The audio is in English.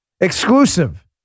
Exclusive